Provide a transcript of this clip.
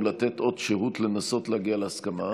ולתת עוד שהות כדי לנסות להגיע להסכמה.